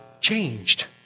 changed